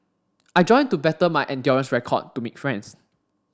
I joined to better my endurance record to make friends